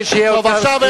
עכשיו,